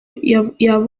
yavuga